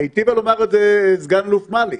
היטיבה לומר את זה סגן אלוף מלי.